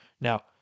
Now